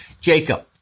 Jacob